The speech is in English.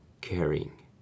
Caring